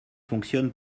fonctionne